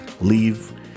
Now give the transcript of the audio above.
Leave